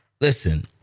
listen